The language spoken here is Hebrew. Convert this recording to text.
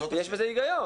יש בזה היגיון,